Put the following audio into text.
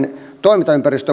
on